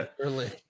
early